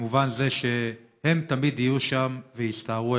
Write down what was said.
במובן זה שהם תמיד יהיו שם ויסתערו.